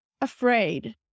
afraid